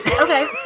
Okay